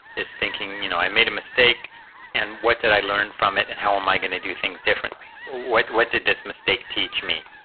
is thinking. you know i made a mistake and what did i learn from it and then how am i going to do things differently, what what did this mistake teach me?